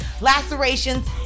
lacerations